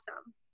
awesome